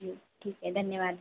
जी ठीक है धन्यवाद